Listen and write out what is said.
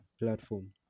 Platform